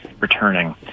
returning